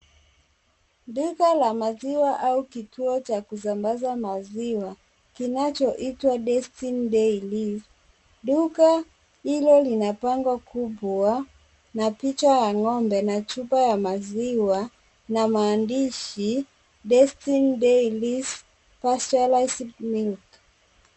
Duka la maziwa au kituo cha kusambaza maziwa kinachoitwa Destiny Dairies. Duka hilo lina bango kubwa na picha ya ng'ombe na chupa ya maziwa na maandishi destiny dairies pasteurized milk .